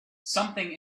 something